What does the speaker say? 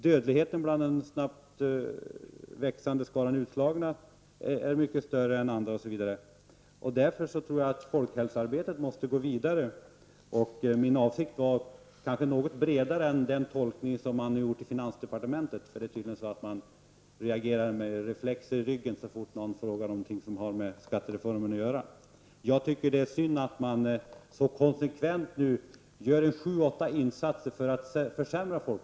Dödligheten bland den snabbt växande skaran utslagna är mycket större än bland andra grupper, osv. Jag tror därför att folkhälsoarbetet måste drivas vidare. Min avsikt var nog bredare än så som den har tolkats i finansdepartementet. Man reagerar tydligen reflexmässigt med ryggmärgen så fort någon frågar något som har med skattereformen att göra. Jag tycker att det är synd och beklagligt att man nu så konsekvent gör sju åtta insatser för att försämra — Prot.